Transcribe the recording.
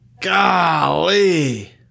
Golly